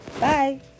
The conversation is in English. Bye